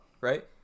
right